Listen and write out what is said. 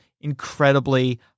incredibly